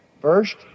First